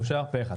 הצבעה בעד